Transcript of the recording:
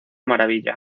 maravilla